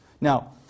Now